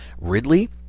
Ridley